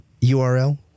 URL